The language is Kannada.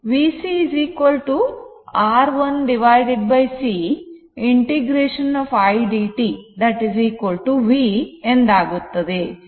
VC R1 C integrationಏಕೀಕರಣ i dt v